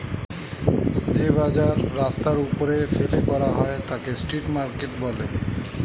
যে বাজার রাস্তার ওপরে ফেলে করা হয় তাকে স্ট্রিট মার্কেট বলে